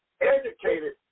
educated